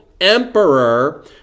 emperor